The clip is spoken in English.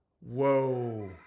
Whoa